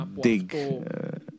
dig